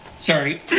sorry